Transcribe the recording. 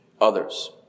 others